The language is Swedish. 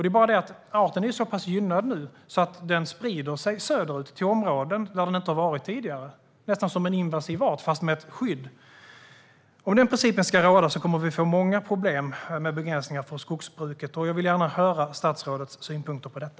Det är bara det att arten nu är så pass gynnad att den sprider sig söderut till områden där den inte har varit tidigare, nästan som en invasiv art, fast med ett skydd. Om den principen ska råda kommer vi att få många problem med begränsningar för skogsbruket. Jag vill gärna höra statsrådets synpunkter på detta.